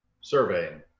surveying